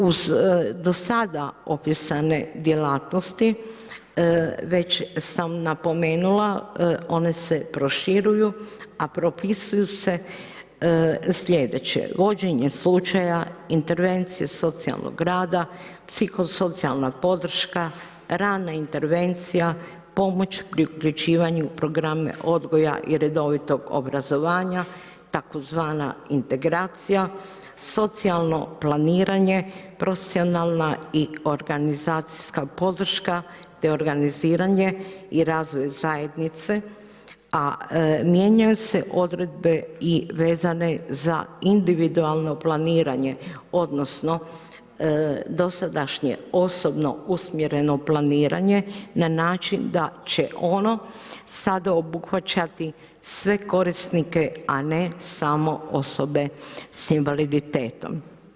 Uz do sada opisane djelatnosti, već sam napomenula, one se proširuju, a propisuje se sljedeće, vođenje slučaja, intervencije socijalnog rada, psihosocijalna podrška, rana intervencija, pomoć pri uključivanju programa odgoja i redovitog obrazovanja, tzv. integracija, socijalno planiranje, profesionalna i organizacijska podrška, te organiziranje i razvoj zajednice, a mijenjanju se odredbe i vezane za individualno planiranje, odnosno, dosadašnje osobno usmjereno planiranje, da način, da će ono sada obuhvaćati, sve korisnike, a ne samo osobe s invaliditetom.